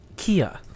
Kia